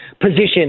position